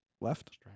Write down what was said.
left